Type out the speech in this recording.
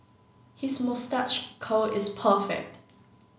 his moustache curl is perfect